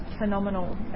phenomenal